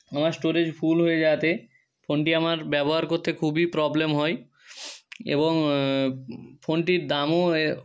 আমার storage full হয়ে যাওয়াতে ফোনটি আমার ব্যবহার করতে খুবই প্রবলেম হয় এবং ফোনটির দামও এ